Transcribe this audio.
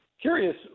Curious